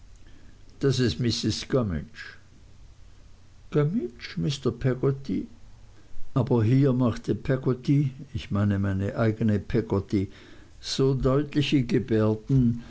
das is mrs gummidge gummidge mr peggotty aber hier machte peggotty ich meine meine eigene peggotty so deutliche gebärden